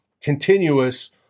continuous